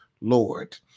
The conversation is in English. Lord